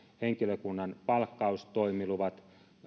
henkilökunnan palkkaus toimiluvat